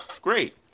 great